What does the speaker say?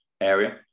area